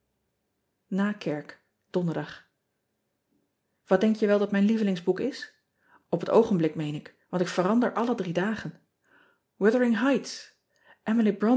a kerk onderdag at denk je wel dat mijn lievelingsboek is p het oogenblik meen ik want ik verander alle drie dagen